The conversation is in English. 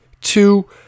two